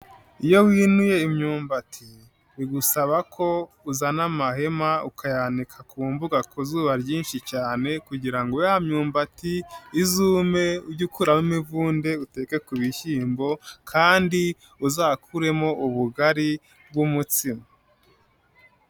Iyo winuye imyumbati, bigusaba ko uzana amahema ukayanika ku mbuga ku zuba ryinshi cyane kugira ngo ya myumbati izume ujye ujye ukuramo imivunde uteke ku bishyimbo kandi uzakuremo ubugari bw'umutsima.